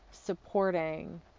supporting